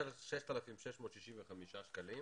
6,665 שקלים,